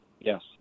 Yes